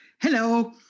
Hello